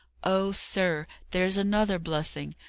oh, sir, there's another blessing!